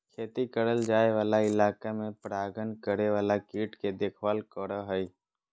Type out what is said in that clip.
खेती करल जाय वाला इलाका में परागण करे वाला कीट के देखभाल करो हइ